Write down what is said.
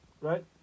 Right